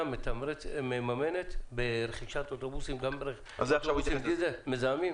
מממנת רכישת אוטובוסי דיזל מזהמים?